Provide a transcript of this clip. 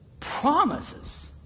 promises